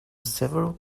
several